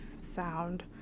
sound